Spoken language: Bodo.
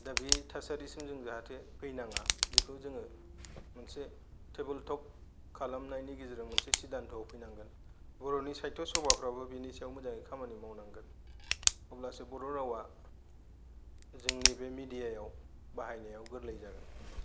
दा बे थासारिसिम जों जाहाथे फैनांङा बिखौ जोङो मोनसे टेबोल थक खालामनायनि गेजेरजों मोनसे सिदान थ' आव फैनांगोन बर' नि सात्य' स'बा फ्राबो बेनि सायाव मोजाङै खामानि मावनांगोन अब्लासो बर' रावा जोंनि बे मिदियायाव बाहायनायाव गोरलै जागोन